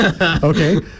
Okay